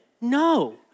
no